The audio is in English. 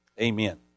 Amen